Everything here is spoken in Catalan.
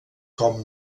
com